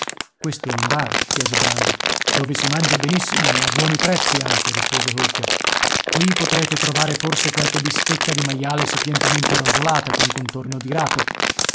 questo è un bar chiese brandok dove si mangia benissimo e a buoni prezzi anche rispose holker qui potrete trovare forse qualche bistecca di maiale sapientemente rosolata con contorno di rape